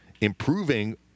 improving